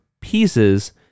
pieces